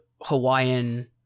Hawaiian